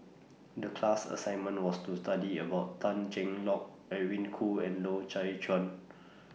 The class assignment was to study about Tan Cheng Lock Edwin Koo and Loy Chye Chuan